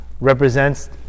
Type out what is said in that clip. represents